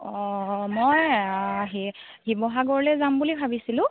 অঁ মই শিৱসাগৰলৈ যাম বুলি ভাবিছিলোঁ